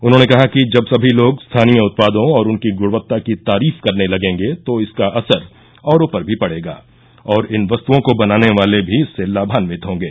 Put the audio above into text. उन्हॉने कहा कि जब सभी लोग स्थानीय उत्पादों और उनकी गुणवत्ता की तारीफ करने लगेंगे तो इसका असर औरों पर भी पड़ेगा तथा इन वस्तुओं को बनाने वाले भी इससे लाभान्वित होंगे